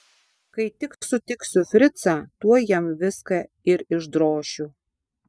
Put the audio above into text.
kai tik sutiksiu fricą tuoj jam viską ir išdrošiu